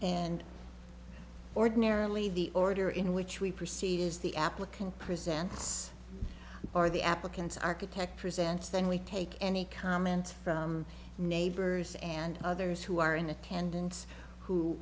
and ordinarily the order in which we proceed is the applicant presents for the applicants architect presents then we take any comments from neighbors and others who are in attendance who